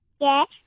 Yes